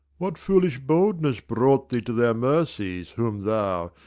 what foolish boldness brought thee to their mercies, whom thou,